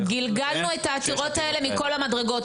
גלגלנו את העתירות האלה מכל המדרגות.